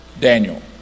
Daniel